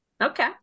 Okay